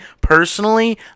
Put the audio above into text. personally